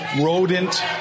rodent